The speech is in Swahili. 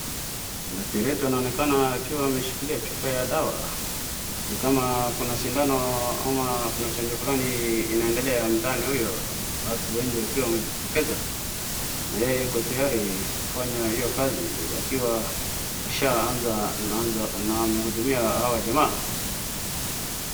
Daktari wetu anaonekana akiwa ameshikilia chupa ya dawa. Ni kama kuna sindano ama kuna chanjo fulani inaendelea mtaani huyo watu wengi wakiwa wamejitokeza na yeye yuko tiyari kufanya hiyo kazi. Akiwa ashaanza na amehudumia hawa jamaa.